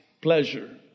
pleasure